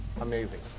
Amazing